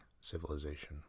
civilization